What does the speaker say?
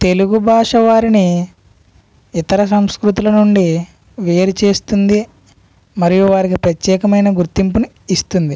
తెలుగు భాష వారిని ఇతర సంస్కృతుల నుండి వేరు చేస్తుంది మరియు వారికి ప్రత్యేకమైన గుర్తింపును ఇస్తుంది